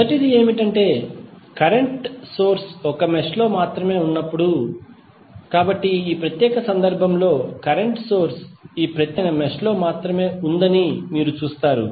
మొదటిది ఏమిటంటే current source ఒక మెష్ లో మాత్రమే ఉన్నప్పుడు కాబట్టి ఈ ప్రత్యేక సందర్భంలో కరెంట్ సోర్స్ ఈ ప్రత్యేకమైన మెష్ లో మాత్రమే ఉందని మీరు చూస్తారు